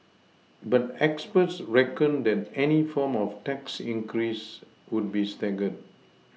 but experts reckoned that any form of tax increases would be staggered